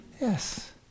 Yes